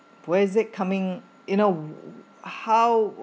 where's it coming you know how